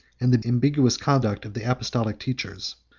and the ambiguous conduct of the apostolic teachers.